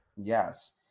Yes